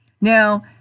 Now